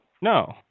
No